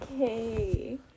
Okay